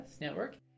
Network